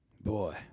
Boy